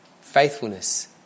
faithfulness